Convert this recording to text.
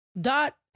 dot